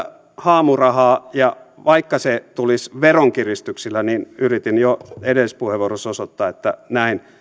haamurahaa ja vaikka se tulisi veronkiristyksillä niin kuten yritin jo edellisessä puheenvuorossa osoittaa näin